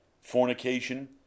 fornication